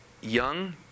young